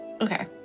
Okay